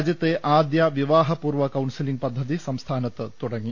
രാജ്യത്തെ ആദ്യ വിവാഹപൂർവ്വ കൌൺസിലിംഗ് പദ്ധതി സംസ്ഥാനത്ത് തുടങ്ങി